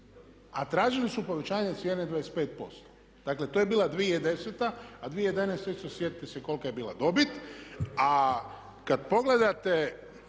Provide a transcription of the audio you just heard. A tražili su povećanje cijene 25%. Dakle to je bila 2010. a 2011. isto sjetite se kolika je bila dobit. A kada pogledate